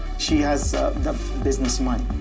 she has the business mind.